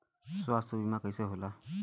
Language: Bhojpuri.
स्वास्थ्य बीमा कईसे होला?